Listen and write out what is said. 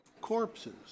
corpses